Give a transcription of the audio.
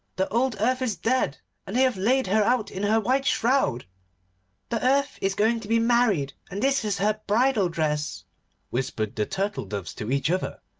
the old earth is dead and they have laid her out in her white shroud the earth is going to be married, and this is her bridal dress whispered the turtle-doves to each other.